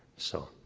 so.